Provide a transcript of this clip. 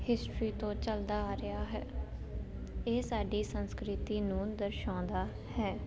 history ਤੋਂ ਚੱਲਦਾ ਆ ਰਿਹਾ ਹੈ ਇਹ ਸਾਡੀ ਸੰਸਕ੍ਰਿਤੀ ਨੂੰ ਦਰਸਾਉਂਦਾ ਹੈ